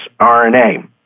RNA